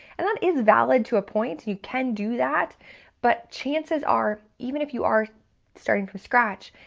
and that is valid to a point, you can do that but chances are, even if you are starting from scratch,